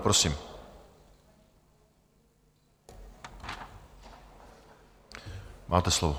Prosím, máte slovo.